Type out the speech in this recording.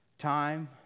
time